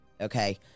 okay